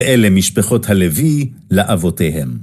אלה משפחות הלוי לאבותיהם.